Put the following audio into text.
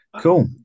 Cool